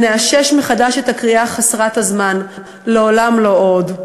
ונאשש מחדש את הקריאה חסרת הזמן: לעולם לא עוד.